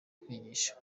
kwigisha